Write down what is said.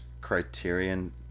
criterion